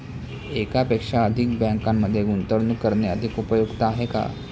एकापेक्षा अधिक बँकांमध्ये गुंतवणूक करणे अधिक उपयुक्त आहे का?